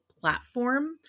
platform